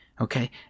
Okay